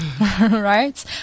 right